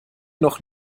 noch